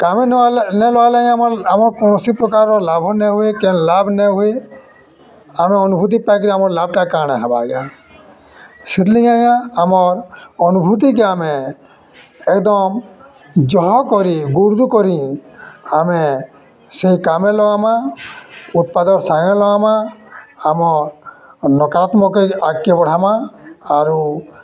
କାମେ ନାଇ ଲଗାଲେ ଆମର୍ ଆମର୍ କୌଣସି ପ୍ରକାରର୍ ଲାଭ୍ ନାଇଁ ହୁଏ ଲାଭ୍ ନାଇଁ ହୁଏ ଆମେ ଅନୁଭୂତି ପାଇକରି ଆମର୍ ଲାଭ୍ଟା କା'ଣା ହେବା ଆଜ୍ଞା ସେଥିର୍ଲାଗି ଆଜ୍ଞା ଆମର୍ ଅନୁଭୂତିକେ ଆମେ ଏକ୍ଦମ୍ ଯହକରି ଗୁର୍ଦୁକରି ଆମେ ସେ କାମେ ଲଗାମା ଉତ୍ପାଦ ସାଙ୍ଗେ ଲଗାମା ଆମର୍ ନକାରାତ୍ମକକେ ଆଗ୍କେ ବଢ଼ାମା ଆରୁ